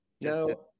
No